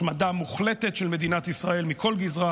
השמדה מוחלטת של מדינת ישראל בכל גזרה